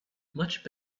much